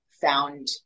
found